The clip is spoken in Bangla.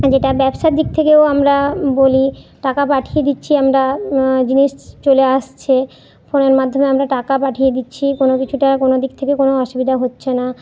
যেটা ব্যবসার দিক থেকেও আমরা বলি টাকা পাঠিয়ে দিচ্ছি আমরা জিনিস চলে আসছে ফোনের মাধ্যমে আমরা টাকা পাঠিয়ে দিচ্ছি কোনো কিছু টাকা কোনো দিক থেকে কোনো অসুবিধা হচ্ছে না